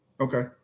Okay